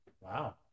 Wow